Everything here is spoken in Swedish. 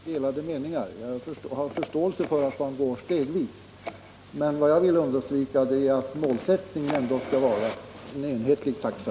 Herr talman! På den punkten har vi inte några delade meningar. Jag har förståelse för att man går stegvis. Men vad jag vill understryka är att målsättningen ändå skall vara en enhetlig taxa.